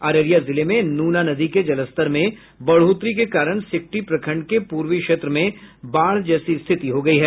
अररिया जिले में नूना नदी के जलस्तर में बढ़ोतरी के कारण सिकटी प्रखंड के पूर्वी क्षेत्र में बाढ़ जैसी स्थिति हो गयी है